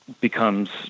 becomes